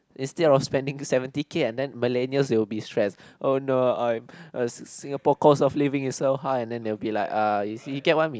instead of spending seventy K and then millennials will be stress oh no I'm uh Singapore cost of living is so high and then they will be like uh you get what I mean